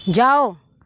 जाओ